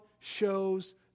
Shows